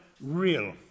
real